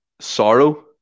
Sorrow